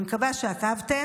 אני מקווה שעקבתם.